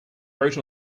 wrote